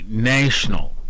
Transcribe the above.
National